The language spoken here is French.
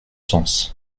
sens